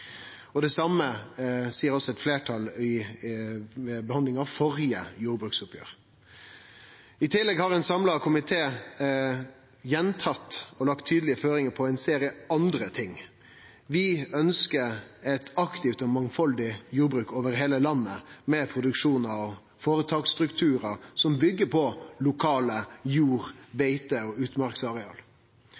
inntektsutvikling. Det same sa altså eit fleirtal ved behandlinga av det førre jordbruksoppgjeret. I tillegg har ein samla komité gjentatt og lagt tydelege føringar på ein serie andre ting. Vi ønskjer eit aktivt og mangfaldig jordbruk over heile landet, med produksjonar og føretaksstrukturar som byggjer på lokale jord-, beite- og utmarksareal.